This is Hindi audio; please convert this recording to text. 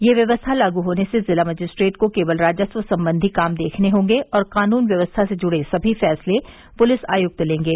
यह व्यवस्था लागू होने से जिला मजिस्ट्रेट को केवल राजस्व संबंधी काम देखने होंगे और कानून व्यवस्था से जुड़े सभी फैसले पुलिस आयुक्त लेंगे